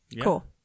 Cool